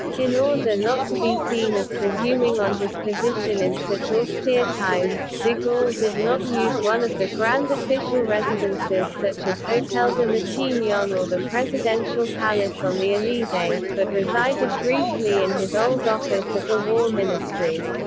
in order not to be seen as presuming on his position in such austere times, de gaulle did not use one of the grand official residences such as hotel de matignon or the presidential palace on the elysee, but resided briefly in his old office at the war ministry.